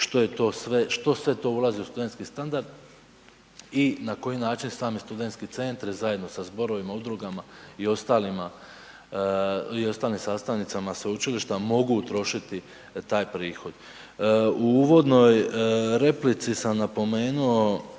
što sve to ulazi u studentski standard i na koji način same studentske centre zajedno sa zborovima, udrugama i ostalima i ostalim sastavnicama sveučilišta mogu utrošiti taj prihod. U uvodnoj replici sam napomenuo